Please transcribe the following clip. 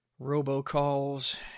robocalls